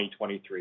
2023